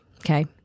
Okay